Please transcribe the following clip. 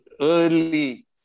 early